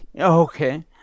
Okay